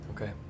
Okay